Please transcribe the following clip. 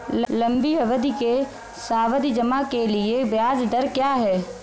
लंबी अवधि के सावधि जमा के लिए ब्याज दर क्या है?